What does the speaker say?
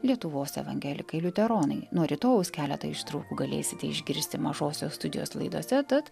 lietuvos evangelikai liuteronai nuo rytojaus keletą ištraukų galėsite išgirsti mažosios studijos laidose tad